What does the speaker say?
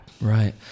Right